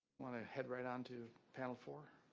want to head right on to panel four?